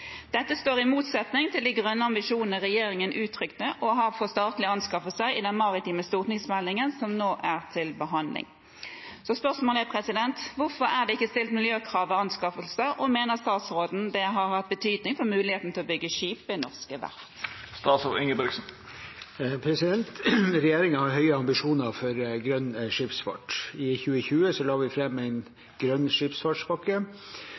Dette står i motsetning til de grønne ambisjonene regjeringen uttrykker å ha for statlige anskaffelser i den maritime stortingsmeldingen, som nå er til behandling. Hvorfor er det ikke stilt miljøkrav ved anskaffelsen, og mener statsråden det har hatt betydning for muligheten til å bygge skipet ved et norsk verft?» Regjeringen har høye ambisjoner for grønn skipsfart. I 2020 la vi fram en grønn skipsfartspakke,